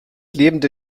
lebende